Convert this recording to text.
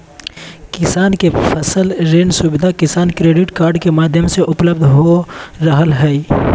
किसान के फसल ऋण सुविधा किसान क्रेडिट कार्ड के माध्यम से उपलब्ध हो रहल हई